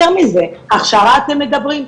יותר מזה, הכשרה אתם מדברים?